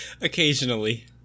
Occasionally